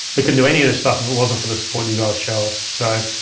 we couldn't do any of this stuff if it wasn't for the support you guys show us. so,